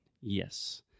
Yes